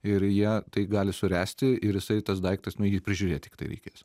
ir jie tai gali suręsti ir jisai tas daiktas nu jį prižiūrėt tiktai reikės